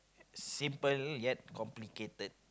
simple yet complicated